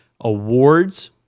awards